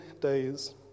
days